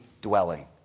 dwelling